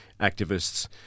activists